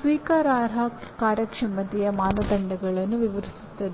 ಸ್ವೀಕಾರಾರ್ಹ ಕಾರ್ಯಕ್ಷಮತೆಯ ಮಾನದಂಡವನ್ನು ವಿವರಿಸುತ್ತದೆ